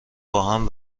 باهم